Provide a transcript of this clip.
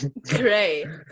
great